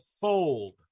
fold